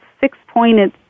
six-pointed